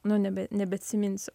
nu nebe nebeatsiminsiu